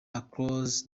across